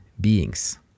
beings